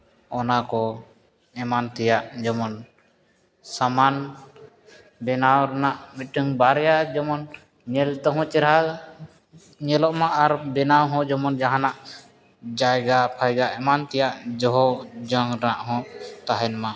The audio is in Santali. ᱚᱱᱟᱠᱚ ᱮᱢᱟᱱ ᱛᱮᱭᱟᱜ ᱡᱮᱢᱚᱱ ᱥᱟᱢᱟᱱ ᱵᱮᱱᱟᱣ ᱨᱮᱱᱟᱜ ᱢᱤᱫᱴᱟᱝ ᱵᱟᱨᱭᱟ ᱡᱮᱢᱚᱱ ᱧᱮᱞ ᱛᱮᱦᱚᱸ ᱪᱮᱦᱨᱟ ᱧᱮᱞᱚᱜ ᱢᱟ ᱟᱨ ᱵᱮᱱᱟᱣ ᱦᱚᱸ ᱡᱮᱢᱚᱱ ᱡᱟᱦᱟᱱᱟᱜ ᱡᱟᱭᱜᱟ ᱯᱷᱟᱭᱜᱟ ᱮᱢᱟᱱ ᱛᱮᱭᱟᱜ ᱫᱚᱦᱚ ᱡᱚᱝ ᱨᱮᱱᱟᱜ ᱦᱚᱸ ᱛᱟᱦᱮᱱ ᱢᱟ